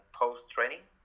post-training